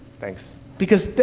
thanks. because,